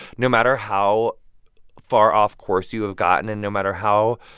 no matter how far off course you have gotten and no matter how,